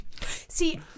See